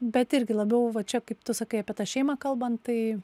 bet irgi labiau va čia kaip tu sakai apie tą šeimą kalbant tai